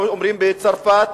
לא אומרים בצרפת,